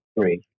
three